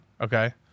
okay